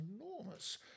enormous